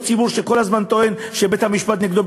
ציבור שכל הזמן טוען שבית-המשפט נגדו,